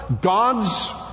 God's